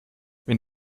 wenn